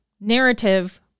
narrative